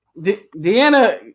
Deanna